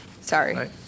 Sorry